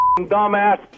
dumbass